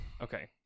Okay